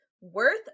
Worth